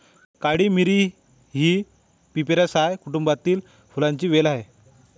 काळी मिरी ही पिपेरासाए कुटुंबातील फुलांची वेल आहे